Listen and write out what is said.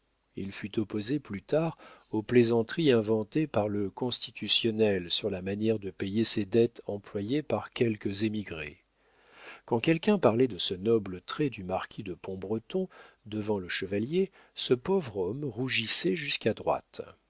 il fut opposé plus tard aux plaisanteries inventées par le constitutionnel sur la manière de payer ses dettes employée par quelques émigrés quand quelqu'un parlait de ce noble trait du marquis de pombreton devant le chevalier ce pauvre homme rougissait jusqu'à droite